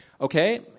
Okay